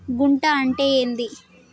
గుంట అంటే ఏంది?